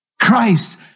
Christ